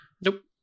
Nope